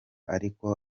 ariko